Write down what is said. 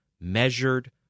measured